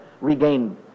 regained